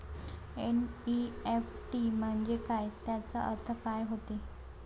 NEFT म्हंजे काय, त्याचा अर्थ काय होते?